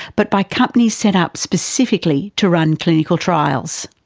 but by companies set up specifically to run clinical trials.